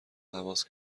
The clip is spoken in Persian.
هواس